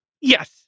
Yes